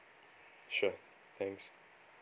sure thanks